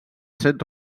set